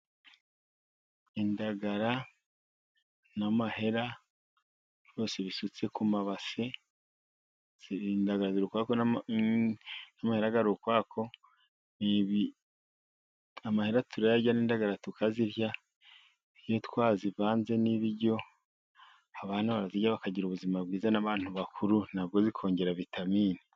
Indagara, n'amahera rwose bisutse ku mabase. Indagara ziri ukwazo, n'amahera ari ukwayo. Amahera turayarya, n'indagara tukazirya, iyo twazivanze n'ibiryo. Abana barabirya, n'abantu bakuru barazirya, nabwo bikongera vitamini.